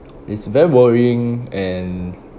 it's very worrying and